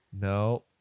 No